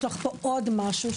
יש לך עוד משהו,